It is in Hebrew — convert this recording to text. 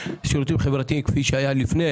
לשירותים חברתיים היום לעומת זה שהיה קודם לכן.